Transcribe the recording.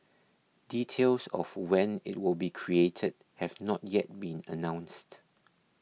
details of when it will be created have not yet been announced